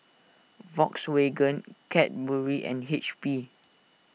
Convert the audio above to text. Volkswagen Cadbury and H P